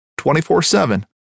24-7